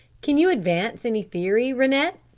can you advance any theory, rennett?